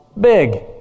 big